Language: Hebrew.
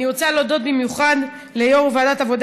אני רוצה להודות במיוחד ליו"ר ועדת העבודה